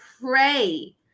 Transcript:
pray